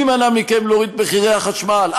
מי מנע מכם להוריד את מחירי החשמל?